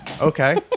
Okay